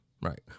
right